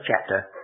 chapter